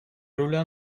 руля